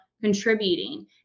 contributing